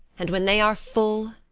and when they are full,